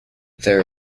there